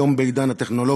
היום, בעידן הטכנולוגי,